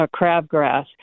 crabgrass